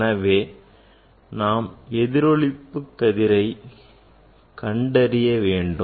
எனவே நாம் Bragg எதிரொளிப்பு கதிரை கண்டறிய வேண்டும்